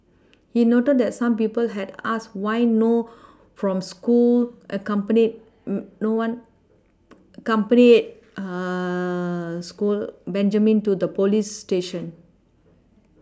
he noted that some people had asked why no from school a company no one accompanied school Benjamin to the police station